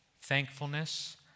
thankfulness